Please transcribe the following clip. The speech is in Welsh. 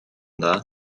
dda